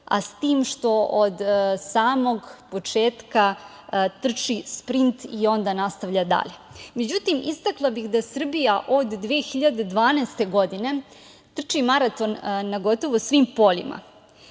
a s tim što od samog početka trči sprint i onda nastavlja dalje.Međutim, istakla bih da Srbija od 2012. godine trči maraton na gotovo svim poljima.